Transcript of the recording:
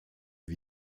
wie